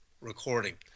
recording